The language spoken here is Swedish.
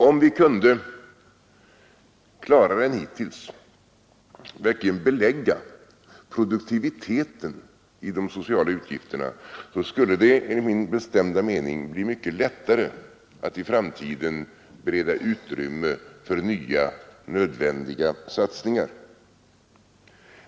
Om vi klarare än hittills verkligen kunde belägga produktiviteten i de sociala utgifterna, skulle det enligt min bestämda mening bli mycket lättare att i framtiden bereda utrymme för nya, nödvändiga satsningar.